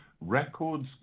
records